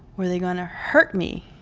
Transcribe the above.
were they going to hurt me?